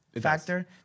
factor